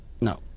No